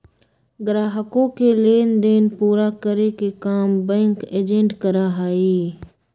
ग्राहकों के लेन देन पूरा करे के काम बैंक एजेंट करा हई